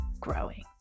growing